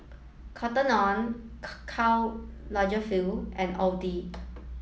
Cotton On Karl Lagerfeld and Audi